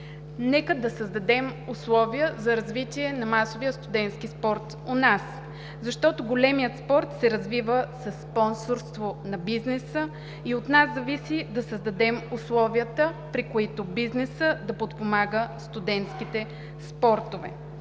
нека да създадем условия за развитие на масовия студентски спорт у нас, защото големият спорт се развива със спонсорство на бизнеса и от нас зависи да създадем условията, при които бизнесът да подпомага студентските спортове.